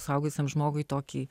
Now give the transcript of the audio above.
suaugusiam žmogui tokį